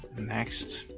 next.